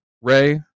Ray